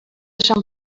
sant